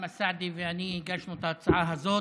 אוסאמה סעדי ואני הגשנו את ההצעה הזאת.